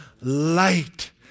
light